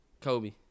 Kobe